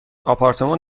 آپارتمان